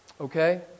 okay